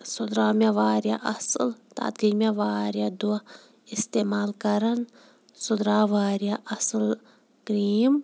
سُہ درٛاو مےٚ واریاہ اَصٕل تَتھ گٔیے مےٚ واریاہ دۄہ اِستعمال کَران سُہ درٛاو واریاہ اَصٕل کرٛیٖم